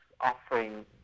offering